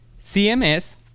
CMS